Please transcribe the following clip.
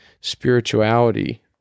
spirituality